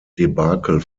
debakel